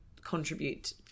contribute